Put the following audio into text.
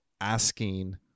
asking